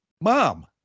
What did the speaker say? mom